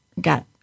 got